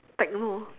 techno